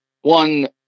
one